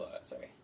sorry